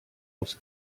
els